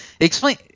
explain –